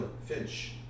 Finch